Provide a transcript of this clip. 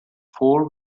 four